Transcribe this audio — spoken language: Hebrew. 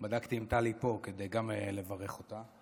בדקתי אם טלי פה כדי גם לברך אותה.